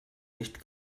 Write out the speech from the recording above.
nicht